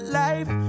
life